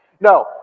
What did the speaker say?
No